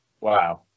Wow